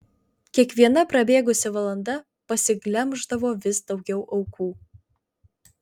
kiekviena prabėgusi valanda pasiglemždavo vis daugiau aukų